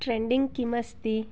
trending किमस्ति